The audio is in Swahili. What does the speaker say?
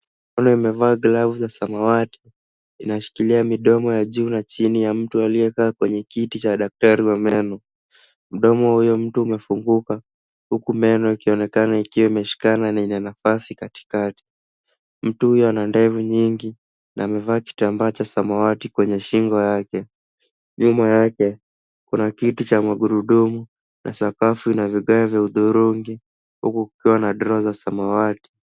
Mikono imevaa glavu za samawati zimeshikilia mdomo wa juu na chini wa mtu aliyekaa kwenye kiti cha daktari wa meno. Mdomo huyo wa mtu umefunguka huku meno yakionekana ikiwa yameshikana na ina nafasi katikati. Mtu huyo ana ndevu nyingi na amevaa kitambaa cha samawati kwenye shingo yake. Nyuma yake, kuna kiti cha magurudumu na sakafu ina vigae vya udhurungi huku kukiwa na droo za samawati.